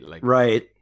Right